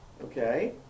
okay